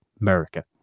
America